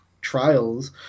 trials